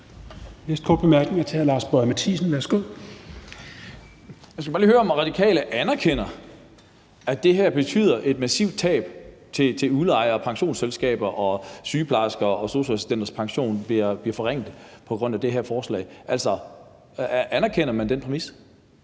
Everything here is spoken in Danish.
Næste korte bemærkning er til hr. Lars Boje Mathiesen. Værsgo. Kl. 11:07 Lars Boje Mathiesen (NB): Jeg skal bare lige høre, om Radikale anerkender, at det her betyder et massivt tab for udlejere og pensionsselskaber, og at sygeplejersker og sosu-assistenters pension bliver forringet på grund af det her forslag. Altså, anerkender man den præmis?